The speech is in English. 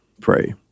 pray